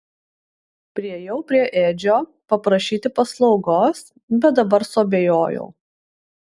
priėjau prie edžio paprašyti paslaugos bet dabar suabejojau